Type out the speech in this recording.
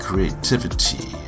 Creativity